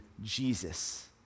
Jesus